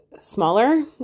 smaller